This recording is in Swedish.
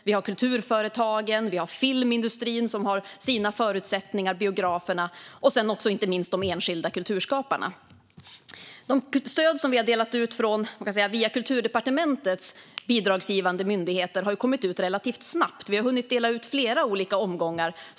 Vi har kulturföretagen och filmindustrin med sina förutsättningar och biografer, och vi har inte minst de enskilda kulturskaparna. De stöd som har delats ut via Kulturdepartementets bidragsgivande myndigheter har kommit ut relativt snabbt. Vi har hunnit dela ut stöd i flera omgångar.